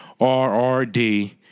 RRD